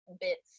Bits